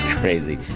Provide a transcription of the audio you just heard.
crazy